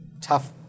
Tough